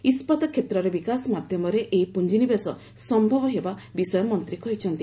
ଇସ୍କାତ କ୍ଷେତ୍ରର ବିକାଶ ମାଧ୍ୟମରେ ଏହି ପୁଞ୍ଜିନିବେଶ ସମ୍ଭବ ହେବା ବିଷୟ ମନ୍ତ୍ରୀ କହିଛନ୍ତି